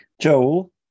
joel